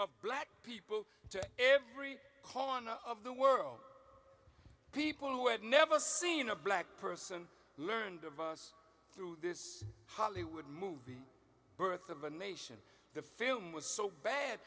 of black people to every corner of the world people who had never seen a black person who learned of us through this hollywood movie birth of a nation the film was so bad